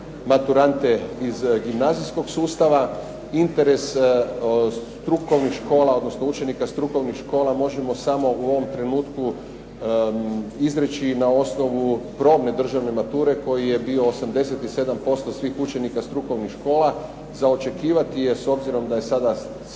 maturante iz gimnazijskog sustava. Interes strukovnih škola, odnosno učenika strukovnih škola možemo samo u ovom trenutku izreći na osnovu probne državne mature koji je bio 87% svih učenika strukovnih škola. Za očekivati je, s obzirom da je sada stvarno